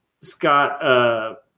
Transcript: Scott